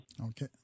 Okay